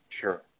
Sure